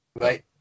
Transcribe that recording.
right